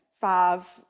five